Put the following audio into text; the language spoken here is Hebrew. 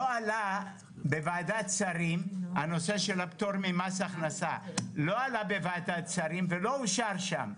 של הפטור ממס הכנסה לא עלה בוועדת שרים ולא אושר שם.